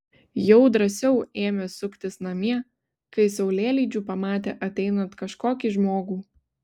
jau drąsiau ėmė suktis namie kai saulėlydžiu pamatė ateinant kažkokį žmogų